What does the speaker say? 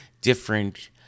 different